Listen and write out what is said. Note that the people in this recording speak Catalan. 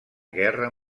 guerra